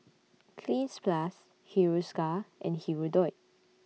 Cleanz Plus Hiruscar and Hirudoid